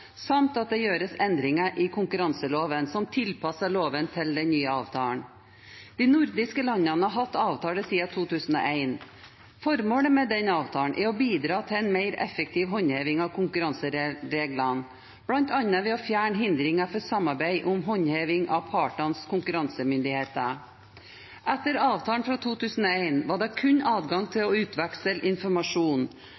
samt at det gjøres endringer i konkurranseloven som tilpasser loven til den nye avtalen. De nordiske landene har hatt avtale siden 2001. Formålet med denne avtalen er å bidra til en mer effektiv håndheving av konkurransereglene, bl.a. ved å fjerne hindringer for samarbeid om håndheving mellom partenes konkurransemyndigheter. Etter avtalen fra 2001 var det kun adgang til